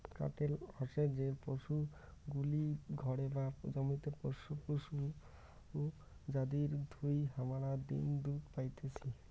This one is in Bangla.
কাটেল হসে যে পশুগুলি ঘরে বা জমিতে পোষ্য পশু যাদির থুই হামারা ডিম দুধ পাইতেছি